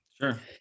Sure